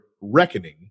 Reckoning